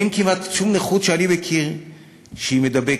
אין כמעט שום נכות שאני מכיר שהיא מידבקת.